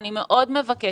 אני מאוד מבקשת